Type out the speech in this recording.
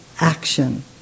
action